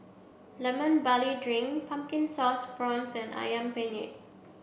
Lemon Barley Drink Pumpkin Sauce Prawns and Ayam Penyet